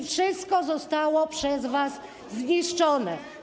Wszystko zostało przez was zniszczone.